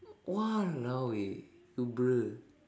!walao! eh you bruh